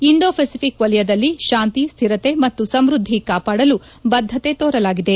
Indo Pacific ವಲಯದಲ್ಲಿ ಶಾಂತಿ ಶ್ಠಿರತೆ ಮತ್ತು ಸಮೃದ್ಧಿ ಕಾಪಾಡಲು ಬದ್ಧತೆ ತೋರಲಾಗಿದೆ